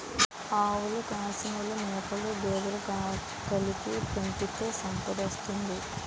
ఆవులు కాసినోలు మేకలు గేదెలు కలిపి మేపితే సంపదోత్తది